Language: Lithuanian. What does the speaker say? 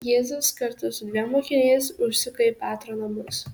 jėzus kartu su dviem mokiniais užsuka į petro namus